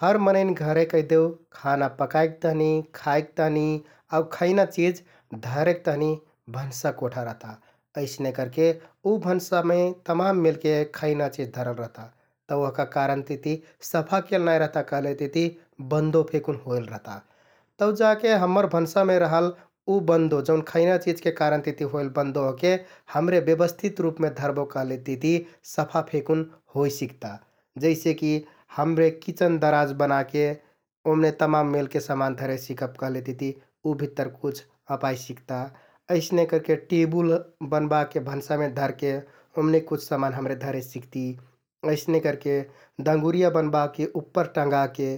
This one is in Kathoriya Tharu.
हर मनैंन घरे कैहदेउ खा पकाइक तहनि, खाइक तहनि आउ खैना चिझ धरेक तहनि भन्सा कोठा रहता । अइसने करके उ भन्सामे तमान मेलके खैना चिझ धरल रहता । तौ ओहका कारण तिति सफा केल नाइ रहता कहलेतिति बन्दो फेकुन होइल रहता । तौ जाके हम्मर भन्सामे रहल उ बन्दो जौन खैना चिझके कारणतिति होइल बन्दो ओहके हमरे ब्यवस्थित रुपमे धरबो कहलेतिति सफा फेकुन होइ सिकता । जैसेकि हमरे किचन दराज बनाके ओम्‍ने तमान मेलके समान धरे सिकब कहलेतिति उ भित्तर कुछ अँपाइ सिकता । अइसने करके टेबुल बनबाके भन्सामे धरके ओम्‍ने कुछ समान हमरे धरे सिकति । अइसने करके दगुँरिया बनबाके उप्पर टँगाके